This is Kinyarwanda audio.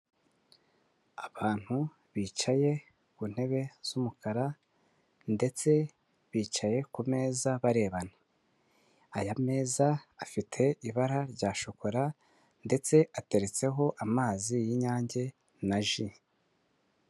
Abantu bicaye ku ntebe z'umukara ndetse bicaye ku meza barebana. Aya meza afite ibara rya shokora ndetse ateretseho amazi y'inyange na ji.